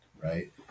Right